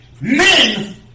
men